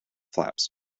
flaps